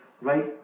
right